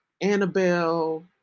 Annabelle